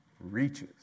reaches